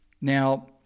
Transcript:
now